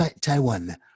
Taiwan